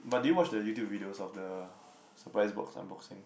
but do you watch the YouTube videos of the surprise box unboxing